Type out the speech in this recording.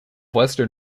western